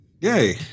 Yay